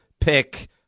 pick